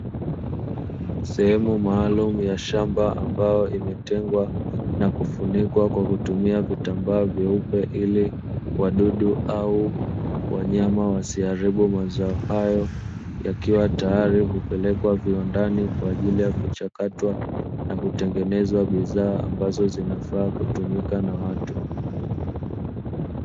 Sehemu maalumu ya shamba ambayo imetengwa na kufunikwa kwa kutumia vitamba vyeupe ili wadudu au wanyama wasiharibu mazao hayo, yakiwa tayari kupelekwa viwandani kwaajili ya kuchakatwa na kutengeneza bidhaa ambazo zinafaa kutumika na watu.